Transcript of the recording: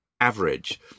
average